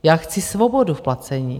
Já chci svobodu v placení.